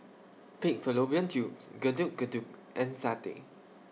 Pig Fallopian Tubes Getuk Getuk and Satay